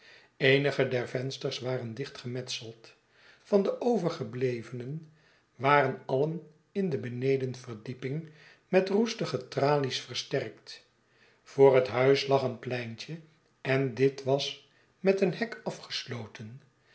eenige der vensters waren dichtgemetseld van de overgeblevenen waren alien in de benedenverdieping met roestige tralies versterkt voor het huis lag een pleintje en dit was met een hek afgesloten